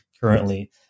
currently